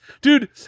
dude